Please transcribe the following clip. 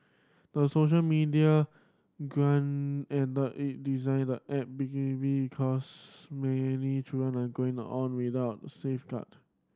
the social media grant and it designed the app because many children are going on without safeguard